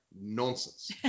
Nonsense